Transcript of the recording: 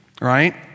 right